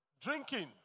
Drinking